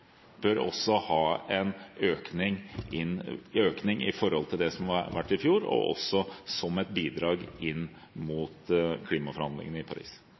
også bør være en økning i forhold til det som var i fjor, også som et bidrag inn mot klimaforhandlingene i Paris?